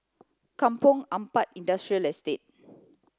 Kampong Ampat Industrial Estate